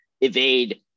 evade